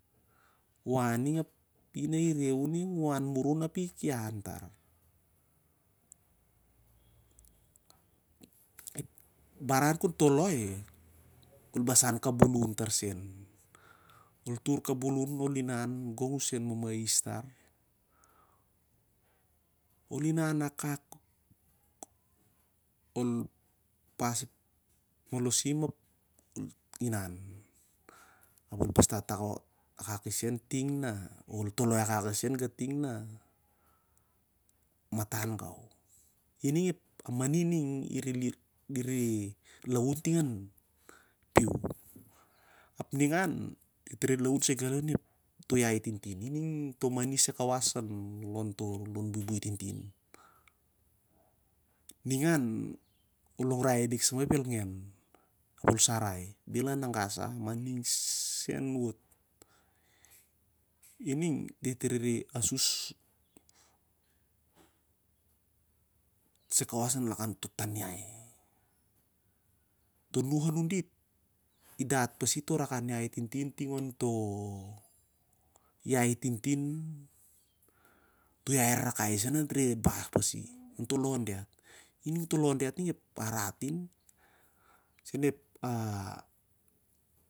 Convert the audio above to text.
Ina ire u ning, u an murun api ki inan tar. Ep baran kon toloi, ol bas an kabulun tarsenol tun kabulun, ol inan gong u son mamais tar ol inan akakap ol pas ep molosim ap ol inanap ol pastat akak isenting na matan gau. Ining amani ninglaun ting lon piu ap ningan dit laun lakan toh iahi. Sai kawas lakan toh lon buibui tintin. Ningan ol longrai lik sa ep elneng bel ananga sa, ma disai se wot. Ining de't rere asus sai- kawas lakan toh' tan iahi toh nuh anun dit- i dat pasi to rakan iahi tintin onto iahi tintin onto lon diat, i toh iahi rarakai sen na diat dat pasi onto lon diat ep arat in isen ep ah.